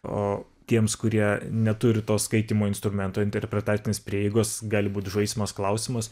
o tiems kurie neturi to skaitymo instrumento interpretacinės prieigos gali būt žaismas klausimas